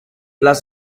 les